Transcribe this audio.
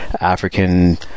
African